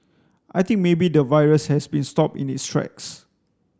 I think maybe the virus has been stopped in its tracks